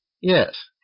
Yes